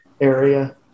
area